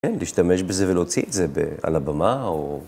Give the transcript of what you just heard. כן, להשתמש בזה ולהוציא את זה ב... על הבמה, או...